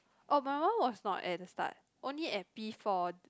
oh my one was not at the start only at P four